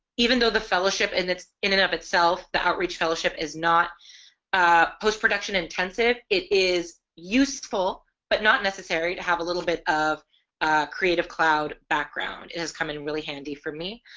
even though the fellowship is and this in and of itself the outreach fellowship is not ah post-production intensive it is useful but not necessary to have a little bit of creative cloud background it has come in really handy for me.